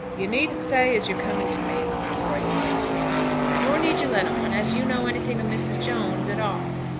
you needn't say as you're coming to me, lefroy had said to him nor need you let on as you know anything of mrs. jones at all.